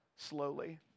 slowly